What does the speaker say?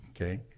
Okay